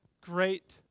Great